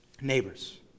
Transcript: neighbors